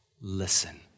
listen